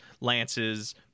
lances